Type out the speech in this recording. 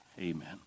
Amen